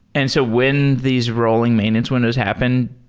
and so when these rolling maintenance windows happen,